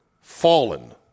fallen